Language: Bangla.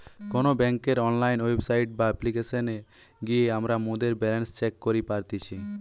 কোনো বেংকের অনলাইন ওয়েবসাইট বা অপ্লিকেশনে গিয়ে আমরা মোদের ব্যালান্স চেক করি পারতেছি